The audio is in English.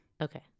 Okay